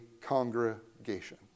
congregation